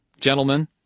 Gentlemen